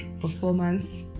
performance